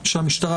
המשטרה,